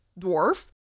dwarf